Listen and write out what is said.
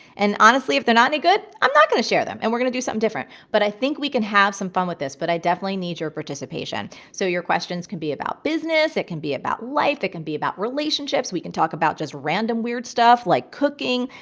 and, honestly, if they're not any good, i'm not going to share them. and we're going to do something different. but i think we can have some fun with this, but i definitely need your participation. so your questions can be about business, it can be about life, it can be about relationships. we can talk about just random weird stuff like cooking.